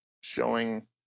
showing